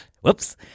Whoops